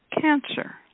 Cancer